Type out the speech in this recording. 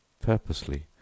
purposely